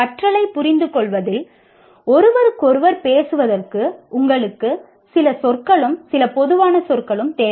கற்றலைப் புரிந்துகொள்வதில் ஒருவருக்கொருவர் பேசுவதற்கு உங்களுக்கு சில சொற்களும் சில பொதுவான சொற்களும் தேவை